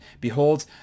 Behold